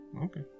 okay